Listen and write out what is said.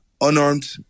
unarmed